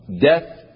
death